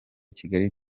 kigali